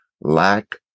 lack